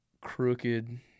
crooked